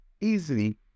easily